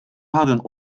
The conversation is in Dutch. hadden